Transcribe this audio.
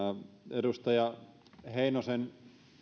edustaja heinosen